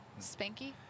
Spanky